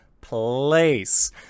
place